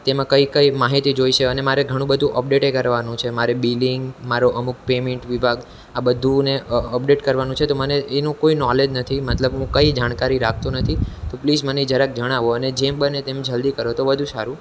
તેમાં કઈ કઈ માહિતી જોઈશે અને મારે ઘણું બધું અપડેટે કરવાનું છે મારે બિલિંગ મારો અમુક પેમેન્ટ વિભાગ આ બધુંને અ અ અપડેટ કરવાનું છે તો મને એનું કોઈ નોલેજ નથી મતલબ હુ કંઈ જાણકારી રાખતો નથી તો પ્લીઝ મને એ જરાક જણાવો અને જેમ બને તેમ જલ્દી કરો તો વધુ સારું